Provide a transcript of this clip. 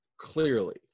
clearly